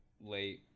late